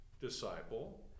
disciple